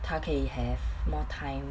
他可以 have more time